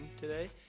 today